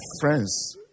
friends